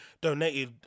donated